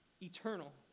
Eternal